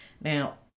Now